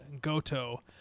Goto